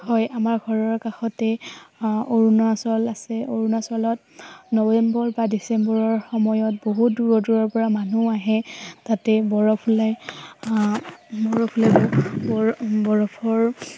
হয় আমাৰ ঘৰৰ কাষতে অৰুণাচল আছে অৰুণাচলত নৱেম্বৰ বা ডিচেম্বৰৰ সময়ত বহুত দূৰৰ দূৰৰ পৰা মানুহ আহে তাতে বৰফ ওলাই বৰফ বৰফৰ